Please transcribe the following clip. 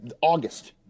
August